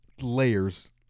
layers